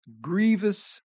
grievous